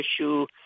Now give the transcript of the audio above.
issue